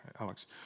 Alex